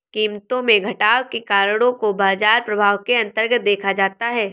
कीमतों में घटाव के कारणों को बाजार प्रभाव के अन्तर्गत देखा जाता है